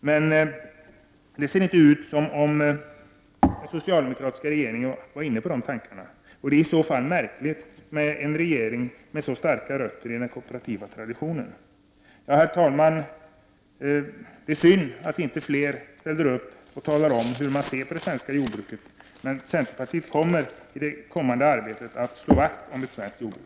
Men det ser inte ut som om den socialdemokratiska regeringen var inne på de tankarna. Det är i så fall märkligt för en regering med så starka rötter i den kooperativa traditionen. Herr talman! Det är synd att inte fler ställer upp och talar om hur de ser på det svenska jordbruket. Centerpartiet kommer i det kommande arbetet att slå vakt om ett svenskt jordbruk.